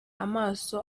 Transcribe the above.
amaso